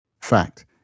Fact